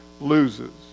loses